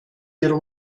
wir